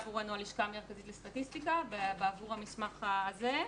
עבורנו הלשכה המרכזית לסטטיסטיקה בעבור המסמך הזה,